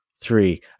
three